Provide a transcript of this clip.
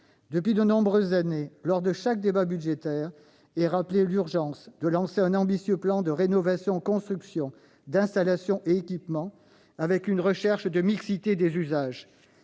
Depuis de nombreuses années, lors de chaque débat budgétaire est rappelée l'urgence de lancer un ambitieux plan de rénovation-construction d'installations et équipements, avec une recherche de mixité des usages,